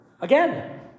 Again